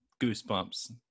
goosebumps